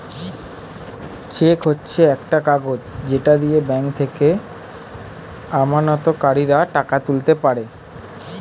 check হচ্ছে একটা কাগজ যেটা দিয়ে ব্যাংক থেকে আমানতকারীরা টাকা তুলতে পারে